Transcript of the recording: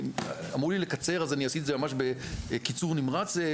אמרו לי לקצר אז עשיתי את זה ממש בקיצור נמרץ.